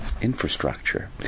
Infrastructure